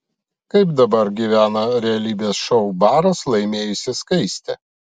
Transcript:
kaip dabar gyvena realybės šou baras laimėjusi skaistė